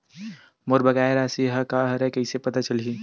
मोर बकाया राशि का हरय कइसे पता चलहि?